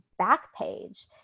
Backpage